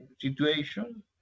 situation